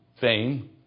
fame